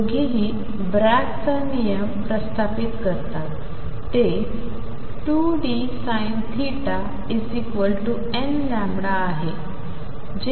दोघेही ब्राग चा नियम प्रथापित करतात ते 2dSinθnλ आहे